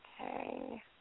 Okay